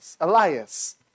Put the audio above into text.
Elias